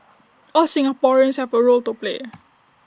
all Singaporeans have A role to play